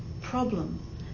problem